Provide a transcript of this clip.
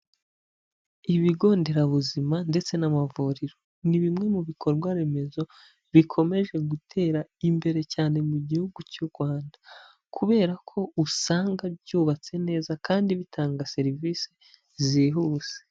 Ibigo nderabuzima ndetse n'amavuriro, ni bimwe mu bikorwa remezo bikomeje gutera imbere cyane mu gihugu cy'u Rwanda, kubera ko usanga byubatse neza kandi bitanga serivise zihuse.